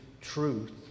truth